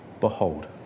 behold